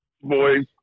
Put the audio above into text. boys